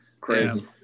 Crazy